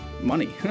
money